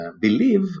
believe